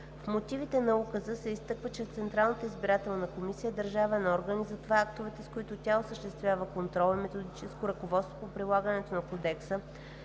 В мотивите на Указа се изтъква, че Централната избирателна комисия е държавен орган и затова актовете, с които тя осъществява контрол и методическо ръководство по прилагането на Кодекса